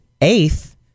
eighth